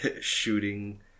shooting